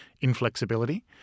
inflexibility